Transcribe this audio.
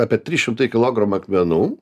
apie trys šimtai kilogramų akmenų